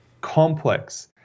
complex